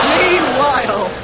meanwhile